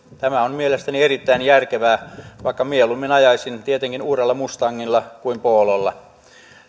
tämä on mielestäni erittäin järkevää vaikka mieluummin ajaisin tietenkin uudella mustangilla kuin pololla